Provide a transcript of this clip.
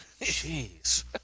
Jeez